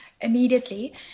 immediately